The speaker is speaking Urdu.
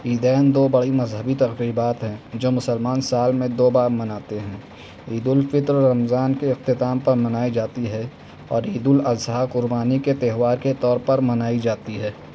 عیدین دو بڑی مذہبی تقریبات ہیں جو مسلمان سال میں دو بار مناتے ہیں عیدالفطر رمضان کے اختتام پر منائی جاتی ہے اور عیدالاضحیٰ قربانی کے تیوہار کے طور پر منائی جاتی ہے